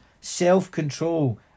self-control